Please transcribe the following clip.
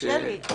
תרשה לי.